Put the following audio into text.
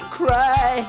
cry